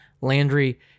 Landry